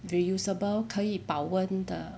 reusable 可以保温的